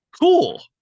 cool